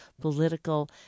political